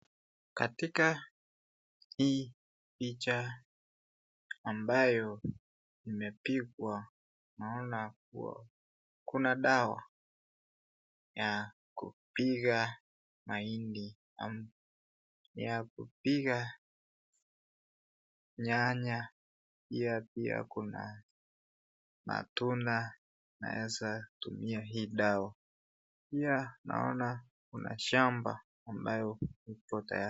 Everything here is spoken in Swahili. Katika hii picha ambayo imepigwa naona kuwa kuna dawa ya kupiga mahindi, ya kupiga nyanya, pia kuna matunda inaweza tumia hii dawa. Pia naona kuna shamba ambayo iko tayari.